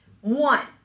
One